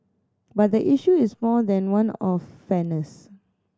but the issue is more than one of fairness